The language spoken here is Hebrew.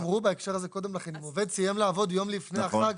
אמרו קודם לכן שאם עובד סיים יום לפני החג,